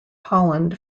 holland